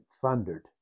thundered